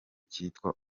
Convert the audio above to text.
cyitwa